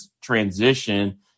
transition